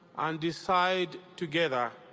and decide together